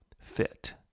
fit